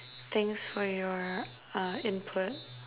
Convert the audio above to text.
thanks for your uh input